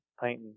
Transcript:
painting